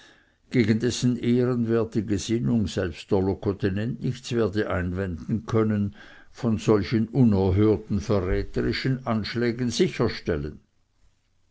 dessen ehrenwerte gesinnung selbst der locotenent nichts werde einwenden können vor solchen unerhörten verräterischen anschlägen sicherstellen